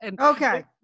Okay